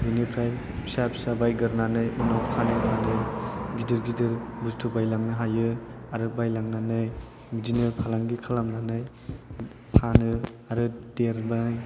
बेनिफ्राय फिसा फिसा बायग्रोनानै उनाव फानै फानै गिदिर गिदिर बुस्थु बायलांनो हायो आरो बायलांनानै बिदिनो फालांगि खालामनानै फानो आरो देरबाय